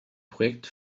projekt